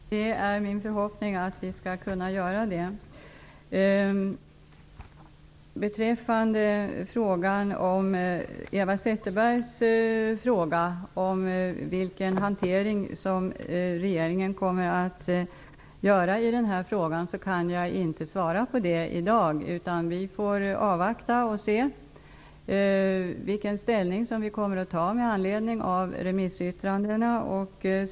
Fru talman! Det är min förhoppning att vi skall kunna göra det. Eva Zetterbergs fråga om regeringens hantering av den här frågan kan jag inte svara på i dag. Vi får avvakta och se vilka ställningstaganden vi kommer att göra med anledning av remissyttrandena.